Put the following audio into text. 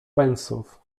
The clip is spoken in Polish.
pensów